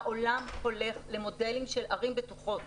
העולם הולך למודלים של ערים בטוחות.